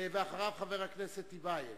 ואחריו, חבר הכנסת טיבייב.